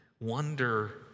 wonder